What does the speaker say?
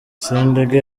sendege